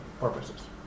purposes